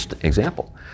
example